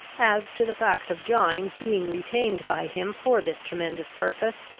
as to the fact of gines being retained by him for this tremendous purpose,